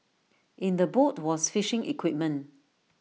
in the boat was fishing equipment